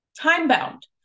Time-bound